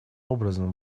образом